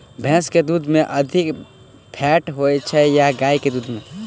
भैंस केँ दुध मे अधिक फैट होइ छैय या गाय केँ दुध में?